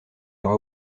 aura